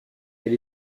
elle